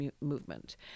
movement